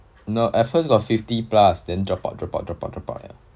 no at first got fifty plus then drop out drop out drop out like that